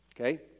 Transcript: Okay